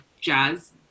jazz